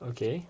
okay